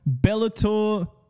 Bellator